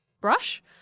brush